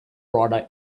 rider